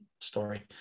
story